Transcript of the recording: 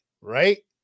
right